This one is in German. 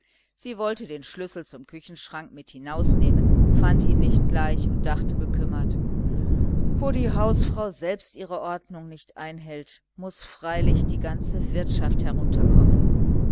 sie wollte den schlüssel zum küchenschrank mit hinausnehmen fand ihn nicht gleich und dachte bekümmert wo die hausfrau selbst ihre ordnung nicht einhält muß freilich die ganze wirtschaft herunterkommen